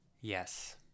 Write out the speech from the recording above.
Yes